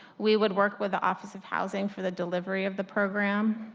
we would work with the office of housing for the delivery of the program,